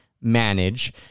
manage